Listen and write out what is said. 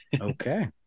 Okay